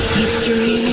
History